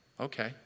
okay